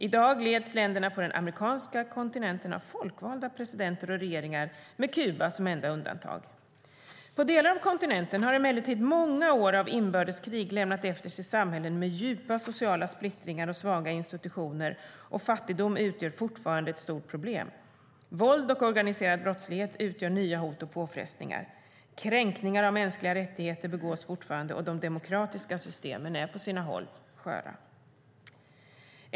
I dag leds länderna på den amerikanska kontinenten av folkvalda presidenter och regeringar, med Kuba som enda undantag. På delar av kontinenten har emellertid många år av inbördeskrig lämnat efter sig samhällen med djupa sociala splittringar och svaga institutioner, och fattigdom är fortfarande ett stort problem. Våld och organiserad brottslighet utgör nya hot och påfrestningar. Kränkningar av mänskliga rättigheter begås fortfarande, och de demokratiska systemen är på sina håll sköra.